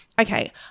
okay